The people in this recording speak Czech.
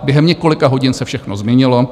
Během několika hodin se všechno změnilo.